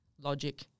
logic